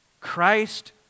Christ